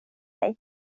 mig